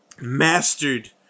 mastered